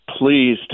please